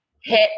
hit